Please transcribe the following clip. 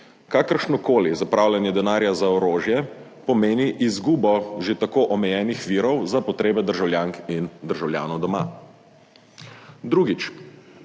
kakršnokoli zapravljanje denarja za orožje pomeni izgubo že tako omejenih virov za potrebe državljank in državljanov doma. Drugič,